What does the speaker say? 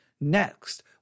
Next